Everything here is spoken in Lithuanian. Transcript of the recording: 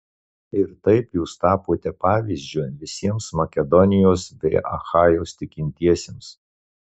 ir taip jūs tapote pavyzdžiu visiems makedonijos bei achajos tikintiesiems